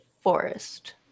forest